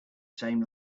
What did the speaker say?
same